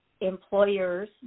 employers